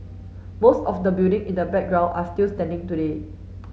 most of the building in the background are still standing today